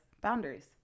boundaries